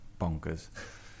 bonkers